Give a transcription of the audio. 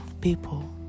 people